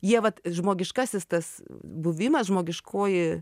jie vat žmogiškasis tas buvimas žmogiškoji